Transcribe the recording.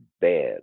bad